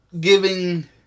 giving